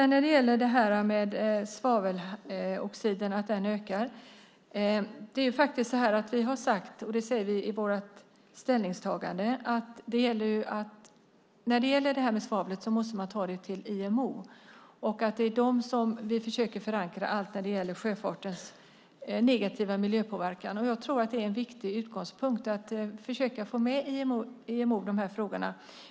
När det gäller svaveloxiden och att den ökar har vi sagt, och det säger vi i vårt ställningstagande, att man måste ta det till IMO. Det är hos dem vi försöker förankra allt när det gäller sjöfartens negativa miljöpåverkan. Jag tror att det är en viktig utgångspunkt att försöka få med IMO i de här frågorna.